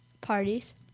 Parties